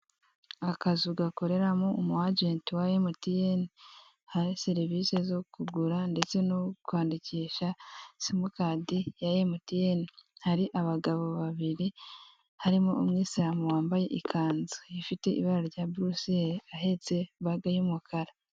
Akazu gakoreramo umu agenti wa emutiyeni hari serivise zo kugura ndetse no kwandikisha simukadi ya emutiyeni, hari abagabo babiri harimo umwisiramu wambaye ikanzu ifite ibara rya burusiyeri ahetse ibage y'umukara.